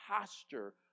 posture